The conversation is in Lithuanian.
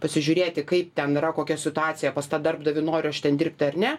pasižiūrėti kaip ten yra kokia situacija pas tą darbdavį noriu aš ten dirbti ar ne